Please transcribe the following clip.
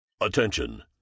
Attention